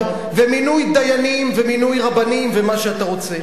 ומינוי דיינים ומינוי רבנים ומה שאתה רוצה,